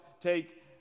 take